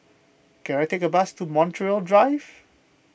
can I take a bus to Montreal Drive